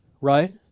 Right